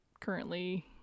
currently